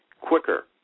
quicker